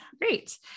great